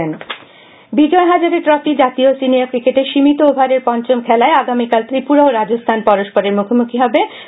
বিজয় Hazare Vijay Hazare trophy জাতীয় senior ক্রিকেটের সীমিত ওভারের পঞ্চম খেলায় আগামীকাল ত্রিপুরা ও রাজস্থান পরস্পরের মুখোমুখি হবে